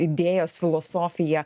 idėjos filosofija